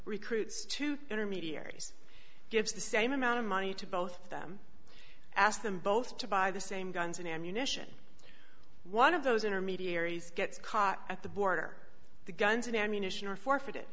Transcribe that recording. recruits to intermediaries gives the same amount of money to both of them i ask them both to buy the same guns and ammunition one of those intermediaries gets caught at the border the guns and ammunition are forfeited